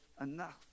enough